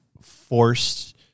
forced